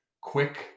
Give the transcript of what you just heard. quick